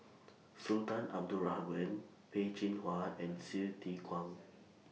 Sultan Abdul Rahman Peh Chin Hua and Hsu Tse Kwang